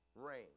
rain